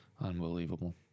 Unbelievable